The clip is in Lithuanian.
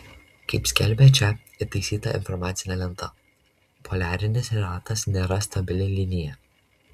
kaip skelbia čia įtaisyta informacinė lenta poliarinis ratas nėra stabili linija